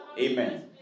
Amen